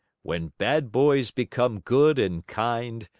when bad boys become good and kind,